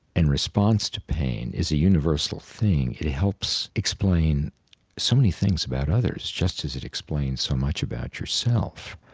and response to pain is a universal thing, it helps explain so many things about others, just as it explains so much about yourself.